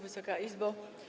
Wysoka Izbo!